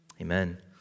Amen